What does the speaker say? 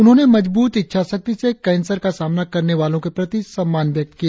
उन्होंने मजबूत इच्छा शक्ति से कैंसर का सामना करने वालों के प्रति सम्मान व्यक्त किया